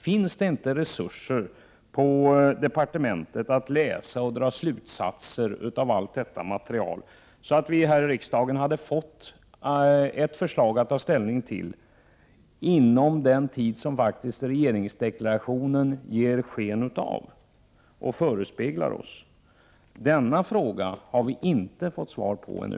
Finns det inte resurser på departementet att läsa och dra slutsatser av allt detta material, så att vi här i riksdagen hade fått ett förslag att ta ställning till inom den tid som faktiskt regeringsdeklarationen ger sken av och förespeglar oss? Denna fråga har vi inte fått svar på ännu.